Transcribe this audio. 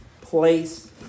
place